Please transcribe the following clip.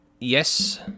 Yes